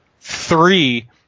Three